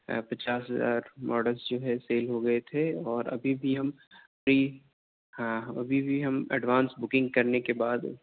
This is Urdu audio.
پچاس ہزار ماڈلس جو ہے سیل ہو گئے تھے اور ابھی بھی ہم کئی ہاں ابھی بھی ہم اڈوانس بکنگ کرنے کے بعد